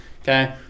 Okay